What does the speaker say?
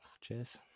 Cheers